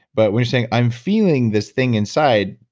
but when you're saying, i'm feeling this thing inside,